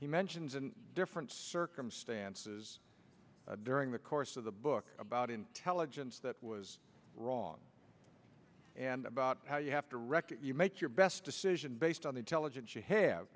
he mentions in different circumstances during the course of the book about intelligence that was wrong and about how you have to reckon you make your best decision based on the intelligence you have